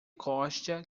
costa